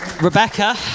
Rebecca